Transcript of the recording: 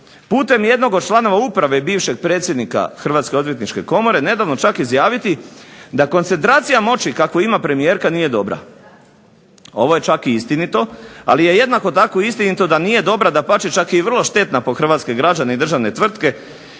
putem jednog od članova uprave bivšeg predsjednika Hrvatske odvjetničke komore, nedavno čak izjaviti da koncentracija moći kakvu ima premijerka ima dobra. Ovo je čak i istinito, ali je jednako tako istinito da nije dobra, dapače čak je i vrlo štetna po hrvatske građane i državne tvrtke